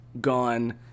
gone